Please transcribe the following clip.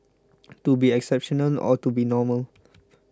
to be exceptional or to be normal